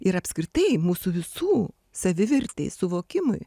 ir apskritai mūsų visų savivertei suvokimui